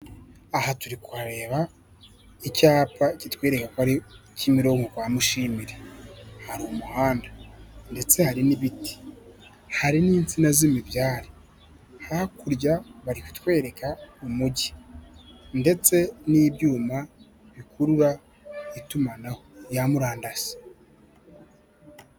Aha turi kureba icyapa kitwereka ko ari Kimironko kwa Mushimire, hari umuhanda ndetse hari n'ibiti hari n'insina z'imibyare, hakurya bari kutwereka umujyi ndetse n'ibyuma bikurura itumanaho rya murandasi.